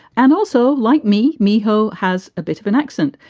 and also, like me, miho has a bit of an accent.